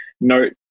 note